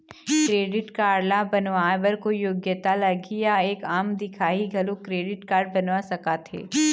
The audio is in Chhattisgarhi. क्रेडिट कारड ला बनवाए बर कोई योग्यता लगही या एक आम दिखाही घलो क्रेडिट कारड बनवा सका थे?